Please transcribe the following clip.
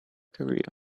career